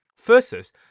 versus